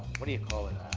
what do you call it?